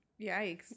yikes